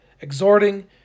exhorting